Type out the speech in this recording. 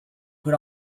put